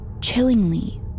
chillingly